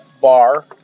bar